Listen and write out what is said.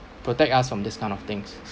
protect us from this kind of things